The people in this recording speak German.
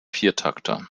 viertakter